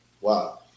Wow